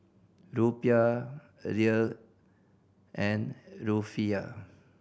Rupiah a Riel and Rufiyaa